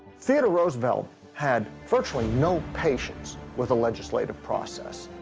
theodore roosevelt had virtually no patience with the legislative process.